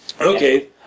okay